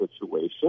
situation